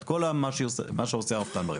את כל מה שעושה הרפתן בפרת.